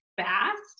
fast